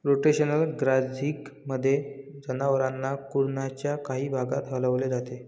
rotational ग्राझिंगमध्ये, जनावरांना कुरणाच्या काही भागात हलवले जाते